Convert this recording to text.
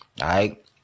right